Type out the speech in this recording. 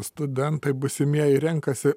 studentai būsimieji renkasi